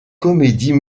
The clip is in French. comédies